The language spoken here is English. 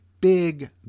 big